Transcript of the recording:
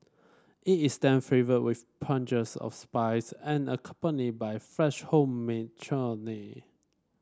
it is then flavoured with punches of spice and accompanied by fresh homemade chutney